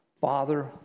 Father